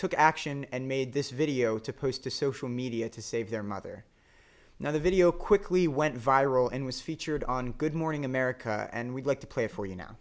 took action and made this video to post to social media to save their mother now the video quickly went viral and was featured on good morning america and we'd like to play for you now